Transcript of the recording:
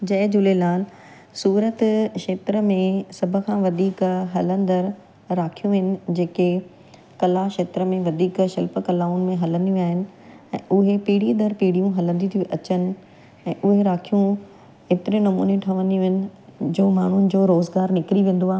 जय झूलेलाल सूरत क्षेत्र में सभ खां वधीक हलंदड़ु राखियूं आहिनि जेके कला क्षेत्र में वधीक शिल्प कलाउनि में हलंदियूं आहिनि ऐं उहे पीढ़ी दर पीढ़ियूं हलंदियूं थी अचनि ऐं उहे राखियूं एतिरे नमूने ठहंदियूं आहिनि जो माण्हुनि जो रोज़गार निकिरी वेंदो आहे